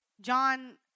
John